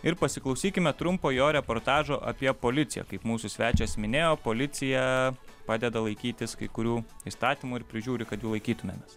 ir pasiklausykime trumpo jo reportažo apie policiją kaip mūsų svečias minėjo policija padeda laikytis kai kurių įstatymų ir prižiūri kad jų laikytumėmės